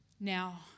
now